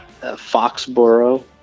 Foxboro